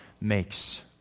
makes